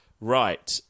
right